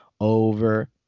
over